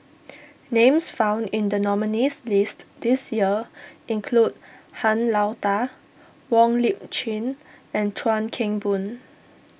names found in the nominees' list this year include Han Lao Da Wong Lip Chin and Chuan Keng Boon